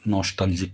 nostalgic